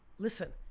listen,